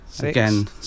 Again